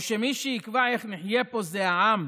או שמי שיקבע איך נחיה פה זה העם